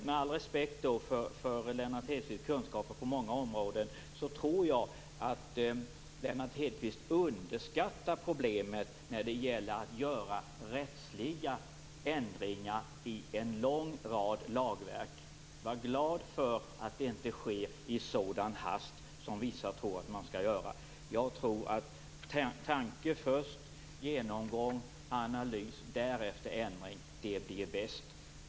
Med all respekt för Lennart Hedquists kunskaper på många områden tror jag att Lennart Hedquist underskattar problemet med att göra rättsliga ändringar i en lång rad lagverk. Var glad för att det inte sker i sådan hast som vissa tror att det skall ske. Tanke först, sedan genomgång och analys och därefter ändring - det blir bäst.